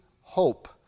hope